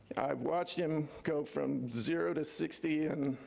i've watched him go from zero to sixty and